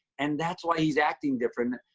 and that's why he's acting different.